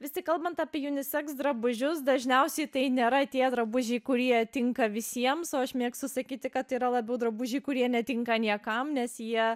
vis tik kalbant apie juniseks drabužius dažniausiai tai nėra tie drabužiai kurie tinka visiems o aš mėgstu sakyti kad yra labiau drabužiai kurie netinka niekam nes jie